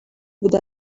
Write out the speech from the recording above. would